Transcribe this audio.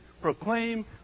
Proclaim